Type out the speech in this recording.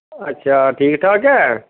ਅੱਛਾ ਠੀਕ ਠਾਕ ਹੈ